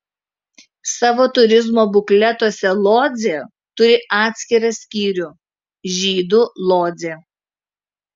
savo turizmo bukletuose lodzė turi atskirą skyrių žydų lodzė